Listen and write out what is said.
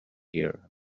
here